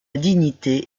dignité